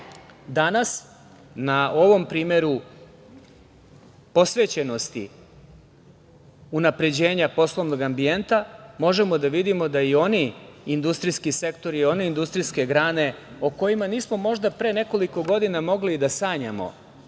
danas na ovom primeru posvećenosti unapređenja poslovnog ambijenta možemo da vidimo da i oni industrijski sektori, one industrijske grane, o kojima nismo možda pre nekoliko godina mogli ni da sanjamo,